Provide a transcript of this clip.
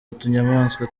utunyamaswa